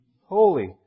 holy